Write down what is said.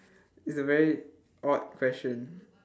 it's a very odd question